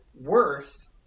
worth